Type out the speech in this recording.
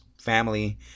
family